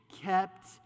kept